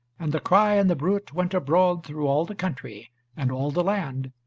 and the cry and the bruit went abroad through all the country and all the land,